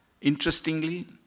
Interestingly